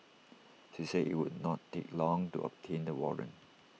she said IT would not take long to obtain the warrant